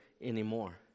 anymore